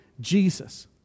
Jesus